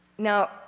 Now